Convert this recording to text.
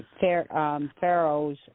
pharaoh's